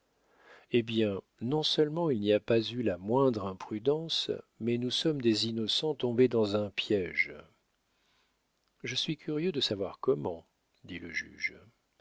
eh bien non seulement il n'y a pas eu la moindre imprudence mais nous sommes des innocents tombés dans un piége je suis curieux de savoir comment dit le juge